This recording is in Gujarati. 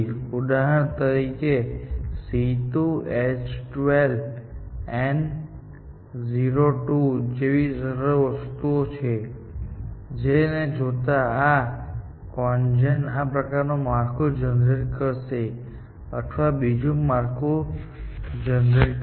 ઉદાહરણ તરીકે C2H12NO2 જેવી સરળ વસ્તુ ને જોતાં આ CONGEN આ પ્રકારનું માળખું જનરેટ કરશે અથવા તે બીજું માળખું જનરેટ કરશે